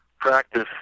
practice